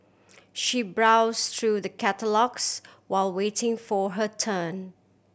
she browse through the catalogues while waiting for her turn